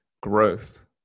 growth